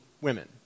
women